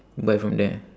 buy from there